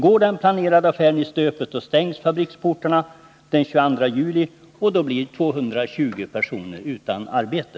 Går den planerade affären i stöpet, då stängs fabriksportarna den 22 juli, och då blir 220 personer utan arbete.